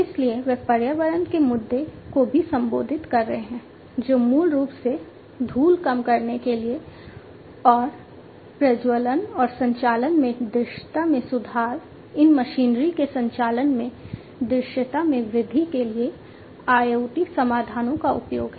इसलिए वे पर्यावरण के मुद्दे को भी संबोधित कर रहे हैं जो मूल रूप से धूल कम करने के लिए और प्रज्वलन और संचालन में दृश्यता में सुधार इन मशीनरी के संचालन में दृश्यता में वृद्धि के लिए IoT समाधानों का उपयोग है